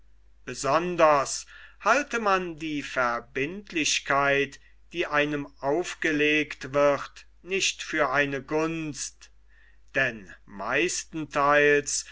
besonders halte man die verbindlichkeit die einem aufgelegt wird nicht für eine gunst denn meistentheils